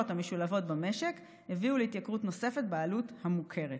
המשולבות במשק הביאו להתייקרות נוספת בעלות המוכרת.